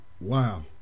Wow